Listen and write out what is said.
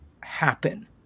happen